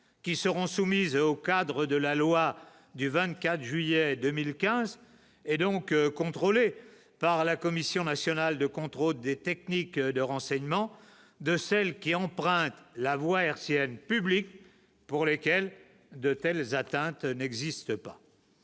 qui seront soumises au cadre de la loi du 24 juillet 2015 et donc contrôlé par la Commission nationale de contrôle des techniques de renseignement, de celles qui empruntent la voie hertzienne publique pour lesquelles de telles atteintes n'existe pas,